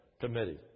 committee